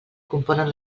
componen